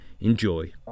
Enjoy